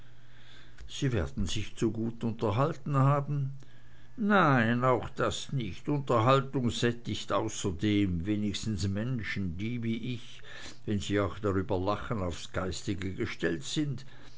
sie werden sich zu gut unterhalten haben nein auch das nicht unterhaltung sättigt außerdem wenigstens menschen die wie ich wenn sie auch drüber lachen aufs geistige gestellt sind